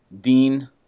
Dean